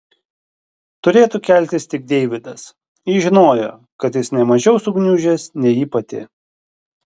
turėtų keltis tik deividas ji žinojo kad jis ne mažiau sugniužęs nei ji pati